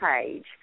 page